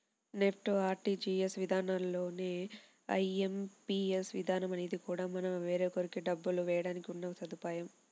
NEFT, RTGS విధానాల్లానే IMPS విధానం అనేది కూడా మనం వేరొకరికి డబ్బులు వేయడానికి ఉన్న సదుపాయం